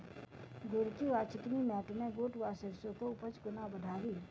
गोरकी वा चिकनी मैंट मे गोट वा सैरसो केँ उपज कोना बढ़ाबी?